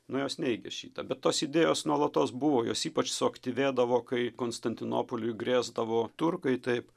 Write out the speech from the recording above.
nu jos neigė šitą bet tos idėjos nuolatos buvo jos ypač suaktyvėdavo kai konstantinopoliui grėsdavo turkai taip